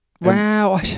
Wow